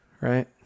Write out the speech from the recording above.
Right